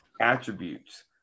attributes